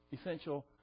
essential